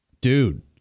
dude